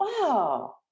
Wow